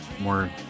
more